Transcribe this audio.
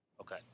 Okay